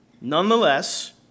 Nonetheless